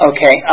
Okay